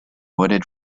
wooded